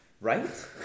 right